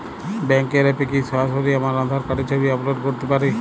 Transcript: ব্যাংকের অ্যাপ এ কি সরাসরি আমার আঁধার কার্ড র ছবি আপলোড করতে পারি?